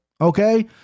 Okay